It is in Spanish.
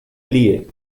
lie